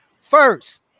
First